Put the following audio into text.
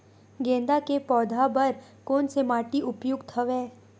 गेंदा के पौधा बर कोन से माटी उपयुक्त हवय?